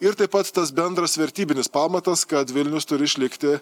ir taip pat tas bendras vertybinis pamatas kad vilnius turi išlikti